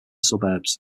suburbs